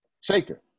Shaker